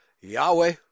Yahweh